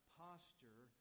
posture